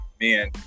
man